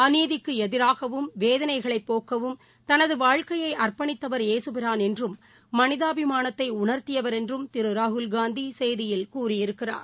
அநீதிக்கு எதிராகவும் வேதனைகளை போக்கவும் தனது வாழ்க்கையை அர்ப்பணித்தவர் ஏசுபிரான் என்றும் மனிதாபிமானத்தை உணர்த்தியவர் என்றும் திரு ராகுல் காந்தி செய்தியில் கூறியிருக்கிறார்